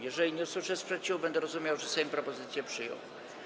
Jeżeli nie usłyszę sprzeciwu, będę rozumiał, że Sejm propozycję przyjął.